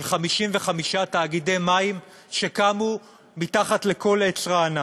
55 תאגידי מים שקמו תחת כל עץ רענן.